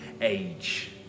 age